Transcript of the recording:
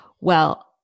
Well-